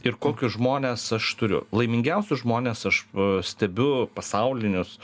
ir kokius žmones aš turiu laimingiausius žmones aš stebiu pasaulinius